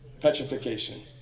petrification